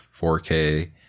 4K